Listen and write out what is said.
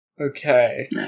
Okay